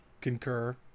concur